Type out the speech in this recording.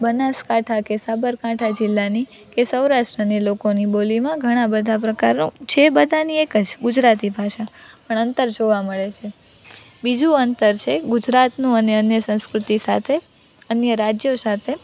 બનાસકાંઠા કે સાબરકાંઠા જિલ્લાની કે સૌરાષ્ટ્રની લોકોની બોલીમાં ઘણા બધા પ્રકારો છે બધાની એક જ ગુજરાતી ભાષા પણ અંતર જોવા મળે છે બીજું અંતર છે ગુજરાતનું અને અન્ય સંસ્કૃતિ સાથે અન્ય રાજ્યો સાથે